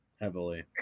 heavily